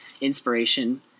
inspiration